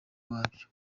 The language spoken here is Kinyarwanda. wabyo